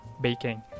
baking